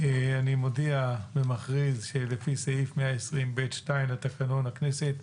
אני מודיע ומכריז שלפי סעיף 120(ב)(2) לתקנון הכנסת,